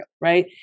right